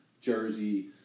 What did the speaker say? Jersey